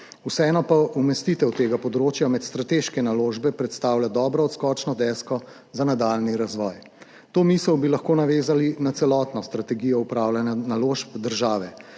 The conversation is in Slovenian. vseeno pa umestitev tega področja med strateške naložbe predstavlja dobro odskočno desko za nadaljnji razvoj. To misel bi lahko navezali na celotno strategijo upravljanja naložb države.